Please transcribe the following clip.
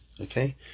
Okay